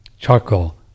charcoal